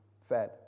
fed